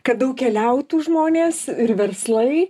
kad daug keliautų žmonės ir verslai